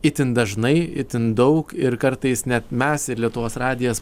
itin dažnai itin daug ir kartais net mes ir lietuvos radijas